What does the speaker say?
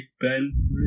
Ben